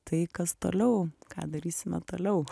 tai kas toliau ką darysime toliau